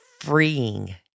freeing